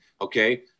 okay